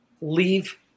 leave